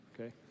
okay